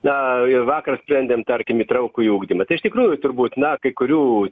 na ir vakar sprendėm tarkim įtraukųjį ugdymą tai iš tikrųjų turbūt na kai kurių